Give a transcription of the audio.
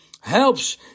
helps